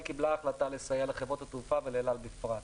קיבלה החלטה לסייע לחברות התעופה ולאל-על בפרט.